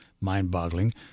mind-boggling